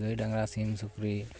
ᱜᱟᱹᱭ ᱰᱟᱝᱜᱽᱨᱟ ᱥ ᱤᱢ ᱥᱩᱠᱨᱤ